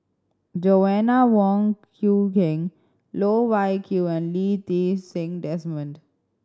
Joanna Wong Quee Heng Loh Wai Kiew and Lee Ti Seng Desmond